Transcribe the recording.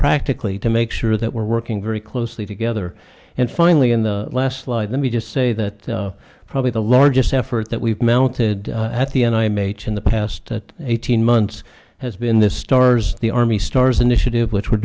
practically to make sure that we're working very closely together and finally in the last slide let me just say that probably the largest effort that we've mounted at the n i m h in the past eighteen months has been the stars the army stores initiative which we're